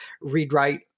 read-write